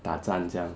打战这样